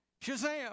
Shazam